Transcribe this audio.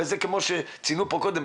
כמו שציינו פה קודם,